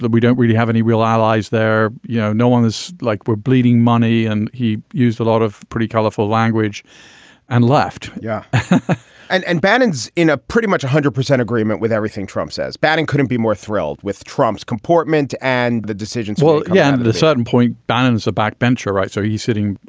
we don't really have any real allies there. you know, no one is like we're bleeding money. and he used a lot of pretty colorful language and left yeah and and banning's in a pretty much one hundred percent agreement with everything. trump says batting couldn't be more thrilled with trump's comportment and the decisions well, yeah at at a certain point, bannon is a backbencher, right? so he's sitting.